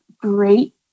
great